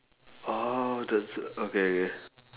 oh that's a okay okay